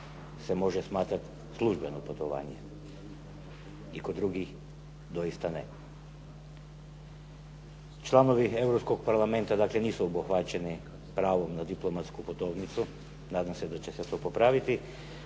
se može smatrati službeno putovanje. I kod drugih doista ne. Članovi Europskog parlamenta dakle nisu obuhvaćeni pravom na diplomatsku putovnicu. Nadam se da će se to popraviti,